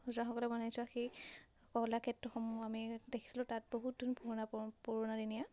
ৰজাসকলে বনাই যোৱা সেই কলাক্ষেত্ৰসমূহ আমি দেখিছিলোঁ তাত বহুতদিনৰ পুৰণা পুৰণা পুৰণাদিনীয়া